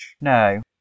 No